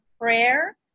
prayer